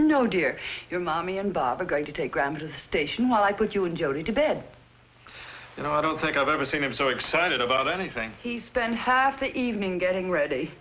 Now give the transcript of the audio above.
know dear your mommy and bob are going to take graham to the station while i put you in jeopardy to bed and i don't think i've ever seen him so excited about anything he spent half the evening getting ready